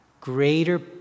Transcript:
greater